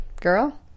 girl